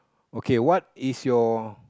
okay what is your